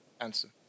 answer